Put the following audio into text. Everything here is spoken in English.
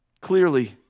Clearly